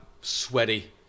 sweaty